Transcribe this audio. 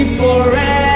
Forever